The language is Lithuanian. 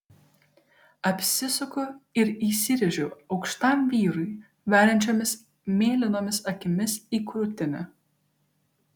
apsisuku ir įsirėžiu aukštam vyrui veriančiomis mėlynomis akimis į krūtinę